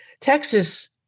Texas